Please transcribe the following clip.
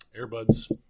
Airbuds